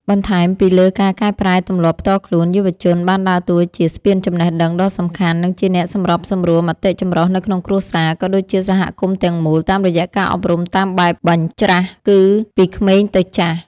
បន្ថែមពីលើការកែប្រែទម្លាប់ផ្ទាល់ខ្លួន យុវជនបានដើរតួជា ស្ពានចំណេះដឹងដ៏សំខាន់ និងជាអ្នកសម្របសម្រួលមតិចម្រុះនៅក្នុងគ្រួសារ ក៏ដូចជាសហគមន៍ទាំងមូល តាមរយៈការអប់រំតាមបែបបញ្ច្រាសគឺពីក្មេងទៅចាស់។